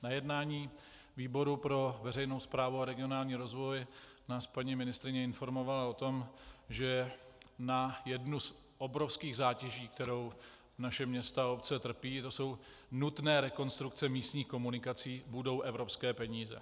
Na jednání výboru pro veřejnou správu a regionální rozvoj nás paní ministryně informovala o tom, že na jednu z obrovských zátěží, kterou naše města a obce trpí, to jsou nutné rekonstrukce místních komunikací, budou evropské peníze.